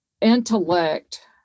intellect